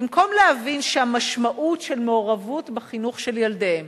במקום להבין שהמשמעות של מעורבות בחינוך של ילדיהם